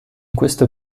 questo